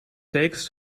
tekens